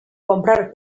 comprar